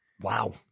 Wow